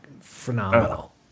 phenomenal